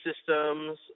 systems